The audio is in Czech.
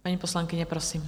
Paní poslankyně, prosím.